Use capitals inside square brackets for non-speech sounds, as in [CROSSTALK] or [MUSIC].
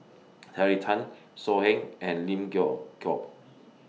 Terry Tan So Heng and Lim [UNINTELLIGIBLE] Geok